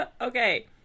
okay